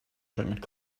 drinking